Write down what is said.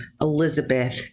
Elizabeth